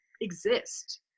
exist